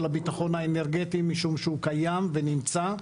הביטחון האנרגטי משום שהוא קיים ונמצא,